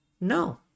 No